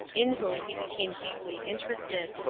in whom he became deeply interested.